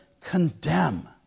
condemn